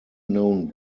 known